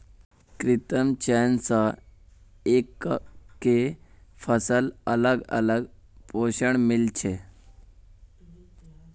कृत्रिम चयन स एकके फसलत अलग अलग पोषण मिल छे